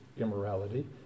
immorality